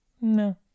No